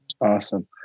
Awesome